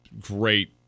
great